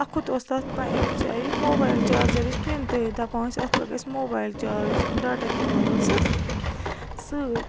اَکھُت اوس تَتھ أکِس جایہِ موبایِل چارجرٕچ پِن تہِ دَپان ٲسۍ اَتھ پٮ۪ٹھ گژھِ موبایِل چارٕج ڈاٹا کیبَل ٲسٕس سۭتۍ